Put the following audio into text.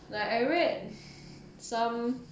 like I read some